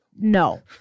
No